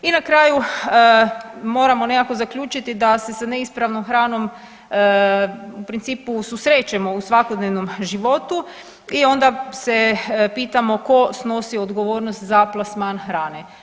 I na kraju moramo nekako zaključiti da se sa neispravnom hranom u principu susrećemo u svakodnevnom životu i onda se pitamo tko snosi odgovornost za plasman hrane.